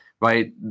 right